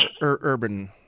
Urban